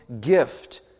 gift